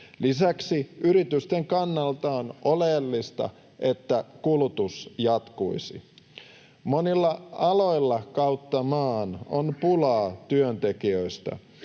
Lisäksi yritysten kannalta on oleellista, että kulutus jatkuisi. Monilla aloilla kautta maan on pulaa työntekijöistä.